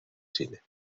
chile